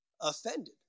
offended